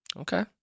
Okay